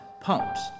pumps